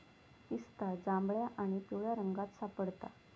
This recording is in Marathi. पिस्ता जांभळ्या आणि पिवळ्या रंगात सापडता